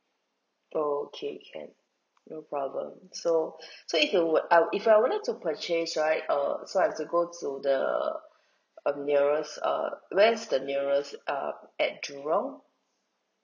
okay can no problem so so if will I will if I would like to purchase right err so I have to go to the um nearest err where's the nearest uh at jurong